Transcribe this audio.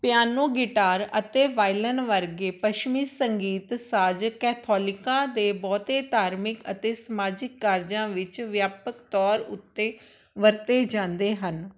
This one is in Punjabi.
ਪਿਆਨੋ ਗਿਟਾਰ ਅਤੇ ਵਾਇਲਨ ਵਰਗੇ ਪੱਛਮੀ ਸੰਗੀਤ ਸਾਜ਼ ਕੈਥੋਲਿਕਾਂ ਦੇ ਬਹੁਤੇ ਧਾਰਮਿਕ ਅਤੇ ਸਮਾਜਿਕ ਕਾਰਜਾਂ ਵਿੱਚ ਵਿਆਪਕ ਤੌਰ ਉੱਤੇ ਵਰਤੇ ਜਾਂਦੇ ਹਨ